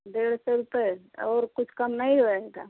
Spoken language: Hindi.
डेढ़ सौ रुपये और कुछ कम नहीं होगा